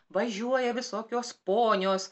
važiuoja visokios ponios